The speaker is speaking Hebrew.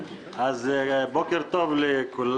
קשה בין חברי כנסת מכל